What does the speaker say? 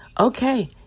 Okay